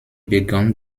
begann